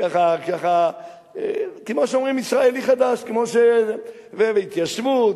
כמו שאומרים, ישראלי חדש, והתיישבות.